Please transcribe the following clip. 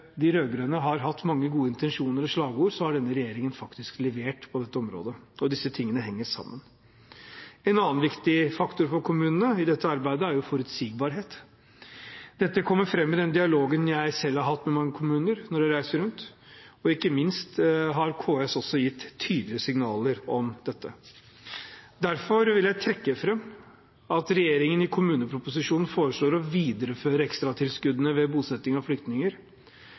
de rød-grønne har hatt mange gode intensjoner og slagord, har denne regjeringen faktisk levert på dette området. Og disse tingene henger sammen. En annen viktig faktor for kommunene i dette arbeidet er forutsigbarhet. Dette har kommet fram i den dialogen jeg selv har hatt med mange kommuner når jeg har reist rundt. Ikke minst har også KS gitt tydelige signaler om dette. Derfor vil jeg trekke fram at regjeringen i kommuneproposisjonen foreslår å videreføre ekstratilskuddet ved bosetting av flyktninger